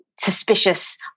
suspicious